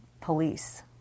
police